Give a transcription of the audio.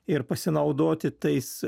ir pasinaudoti tais